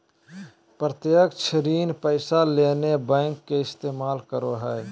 प्रत्यक्ष ऋण पैसा ले बैंक के इस्तमाल करो हइ